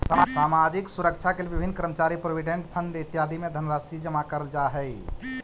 सामाजिक सुरक्षा के लिए विभिन्न कर्मचारी प्रोविडेंट फंड इत्यादि में धनराशि जमा करल जा हई